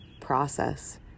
process